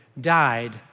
died